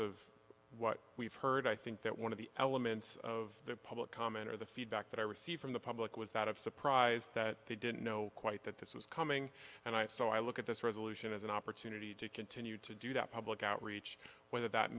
of what we've heard i think that one of the elements of the public comment or the feedback that i received from the public was not a surprise that they didn't know quite that this was coming and i so i look at this resolution as an opportunity to continue to do that public outreach whether that